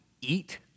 eat